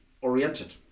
oriented